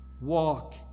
walk